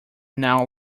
now